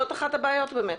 זאת אחת הבעיות באמת.